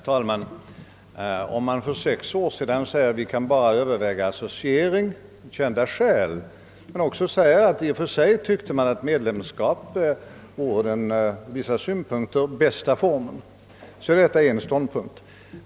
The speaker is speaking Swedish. Herr talman! Om regeringen för sex år sedan sade att Sverige av kända skäl endast kan överväga associering men samtidigt framhöll att man i och för sig tyckte att medlemskap var den ur vissa synpunkter bästa anslutningsformen, så är detta en klar ståndpunkt.